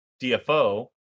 DFO